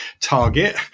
target